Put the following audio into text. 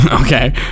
Okay